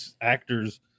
actors